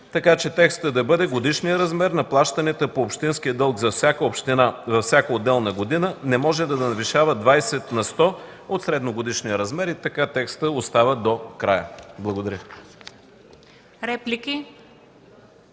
така че текстът да бъде: „Годишният размер на плащанията по общинския дълг за всяка община за всяка отделна година не може да надвишава 20 на сто от средногодишния размер” и текстът до края остава така. Благодаря.